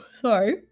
sorry